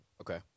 Okay